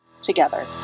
together